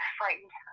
frightened